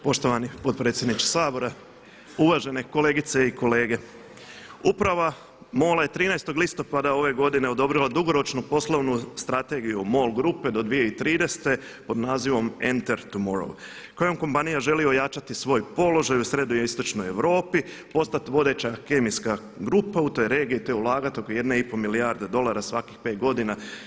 Poštovani potpredsjedniče Sabora, uvažene kolegice i kolege uprava MOL-a je 13. listopada ove godine odobrila dugoročnu poslovnu strategiju MOL grupe do 2030. pod nazivom „Enter tomorrow“ kojom kompanija želi ojačati svoj položaj u srednjoj i istočnoj Europi, postati vodeća kemijska grupa u toj regiji, a to je ulagati oko 1,5 milijarde dolara svakih 5 godina.